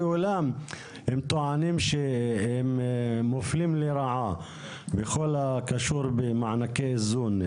הם טוענים שהם מופלים לרעה בכל הקשור במענקי איזון.